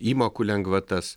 įmokų lengvatas